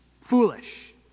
Foolish